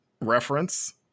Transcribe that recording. Reference